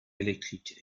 électriques